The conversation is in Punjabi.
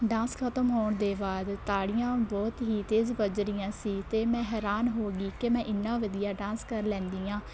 ਡਾਂਸ ਖਤਮ ਹੋਣ ਦੇ ਬਾਅਦ ਤਾੜੀਆਂ ਬਹੁਤ ਹੀ ਤੇਜ਼ ਵੱਜ ਰਹੀਆਂ ਸੀ ਅਤੇ ਮੈਂ ਹੈਰਾਨ ਹੋ ਗਈ ਕਿ ਮੈਂ ਇੰਨਾਂ ਵਧੀਆ ਡਾਂਸ ਕਰ ਲੈਂਦੀ ਹਾਂ